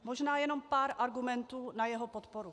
Možná jenom pár argumentů na jeho podporu.